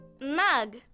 Mug